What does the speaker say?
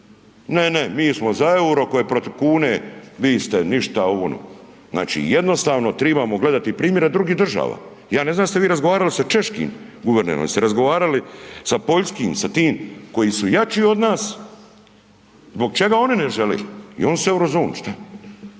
ne, ne, mi smo za EUR-o koje je protiv kune, vi ste ništa, ovo, ono, znači jednostavno tribamo gledati primjere drugih država, ja ne znam jeste vi razgovarali sa češkim guvernerom, jeste razgovarali sa poljskim, sa tim koji su jači od nas, zbog čega oni ne žele i oni su u Eurozoni, šta,